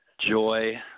joy